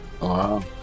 Wow